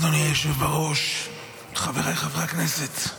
אדוני היושב בראש, חבריי חברי הכנסת,